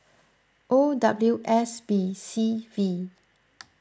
O W S B C V